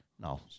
no